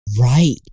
Right